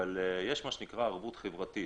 אבל יש מה שנקרא ערבות חברתית.